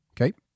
Okay